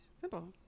Simple